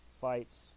fights